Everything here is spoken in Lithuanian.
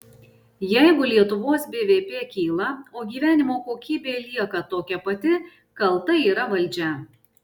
jeigu lietuvos bvp kyla o gyvenimo kokybė lieka tokia pati kalta yra valdžia